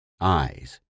Eyes